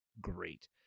great